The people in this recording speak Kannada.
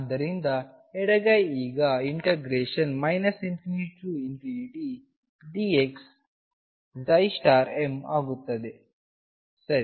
ಆದ್ದರಿಂದ ಎಡಗೈ ಈಗ ∞dx m ಆಗುತ್ತದೆ ಸರಿ